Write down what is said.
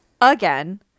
again